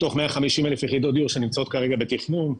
מתוך 150 אלף יחידות דיור שנמצאות כרגע בתכנון,